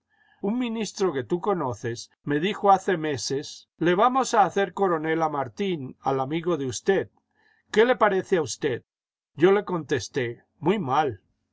un ministro que tú conoces me dijo hace meses le vamos hacer coronel a martín al amigo de usted iqué le parece a usted yo le contesté jmuy mal